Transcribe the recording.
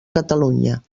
catalunya